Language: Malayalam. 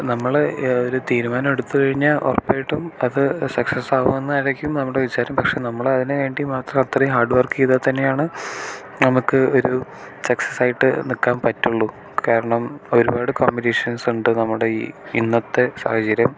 നമ്മൾ ഒരു തീരുമാനം എടുത്തുകഴിഞ്ഞാൽ ഉറപ്പായിട്ടും അത് സക്സസ്സാവും എന്നായിരിക്കും നമ്മുടെ വിചാരം പക്ഷേ നമ്മളതിനുവേണ്ടി മാത്രം അത്രയും ഹാർഡ് വർക്ക് ചെയ്താൽ തന്നെയാണ് നമുക്ക് ഒരു സക്സസ് ആയിട്ട് നിൽക്കാൻ പറ്റുള്ളൂ കാരണം ഒരുപാട് കോമ്പറ്റീഷൻസ് ഉണ്ട് നമ്മുടെ ഈ ഇന്നത്തെ സാഹചര്യം